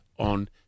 On